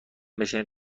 بشنیم